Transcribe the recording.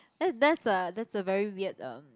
that that's uh that's a very weird um